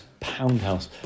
Poundhouse